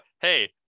hey